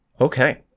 Okay